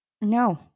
No